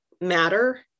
matter